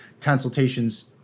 consultations